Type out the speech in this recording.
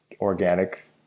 organic